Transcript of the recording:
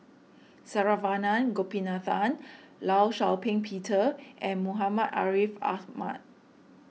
Saravanan Gopinathan Law Shau Ping Peter and Muhammad Ariff Ahmad